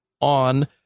on